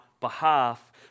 behalf